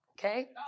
okay